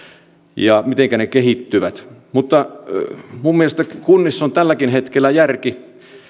ja mitenkä ne kehittyvät mutta minun mielestäni kunnissa on tälläkin hetkellä järki